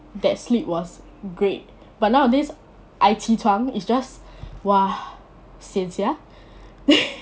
that sleep was great but nowadays I 起床 is just !wah! sian sia